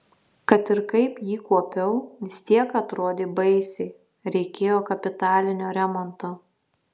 kad ir kaip jį kuopiau vis tiek atrodė baisiai reikėjo kapitalinio remonto